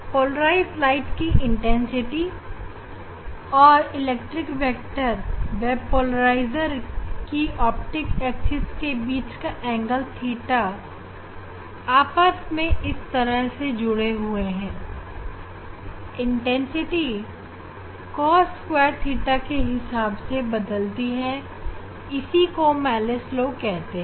polarised प्रकाश की intensity और इलेक्ट्रिक वेक्टर व पोलराइजर कि ऑप्टिक एक्सिस के बीच का कोण थीटा आपस में इस तरह I Io cos2 जुड़े हुए हैं इसी को मेलस ला कहते हैं